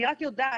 אני רק יודעת